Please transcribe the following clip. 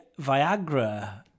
Viagra